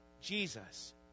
Jesus